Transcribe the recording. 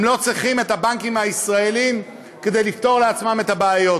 הם לא צריכים את הבנקים הישראליים כדי לפתור לעצמם את הבעיות.